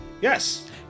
Yes